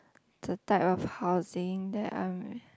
the type of housing that I'm eh